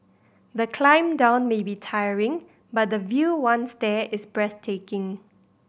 the climb down may be tiring but the view once there is breathtaking